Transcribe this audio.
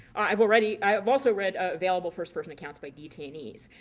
i've already i have also read available first-person accounts by detainees.